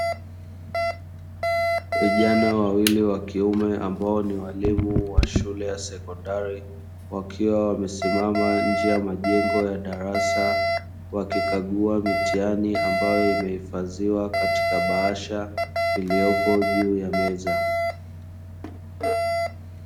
Vijana wawili wa kiume, ambao ni walimu wa shule ya sekondari, wakiwa wamesimama nje ya majengo ya darasa, wakikagua mitihani ambayo imehifadhiwa katika bahasha iliyopo juu ya meza.